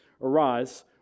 Arise